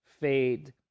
fade